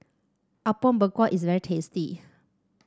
Apom Berkuah is very tasty